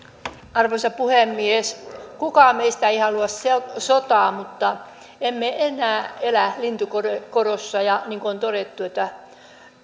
arvoisa puhemies kukaan meistä ei halua sotaa mutta emme enää elä lintukodossa ja niin kuin on todettu